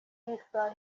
y’isaha